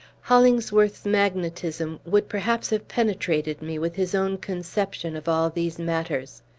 hollingsworth's magnetism would perhaps have penetrated me with his own conception of all these matters.